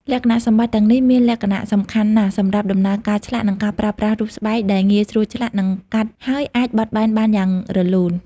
លក្ខណៈសម្បត្តិទាំងនេះមានសារៈសំខាន់ណាស់សម្រាប់ដំណើរការឆ្លាក់ និងការប្រើប្រាស់រូបស្បែកដែល ងាយស្រួលឆ្លាក់ និងកាត់ ហើយអាចបត់បែនបានយ៉ាងរលូន។